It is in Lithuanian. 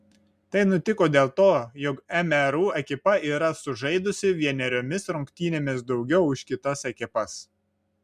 tai nutiko dėl to jog mru ekipa yra sužaidusi vieneriomis rungtynėmis daugiau už kitas ekipas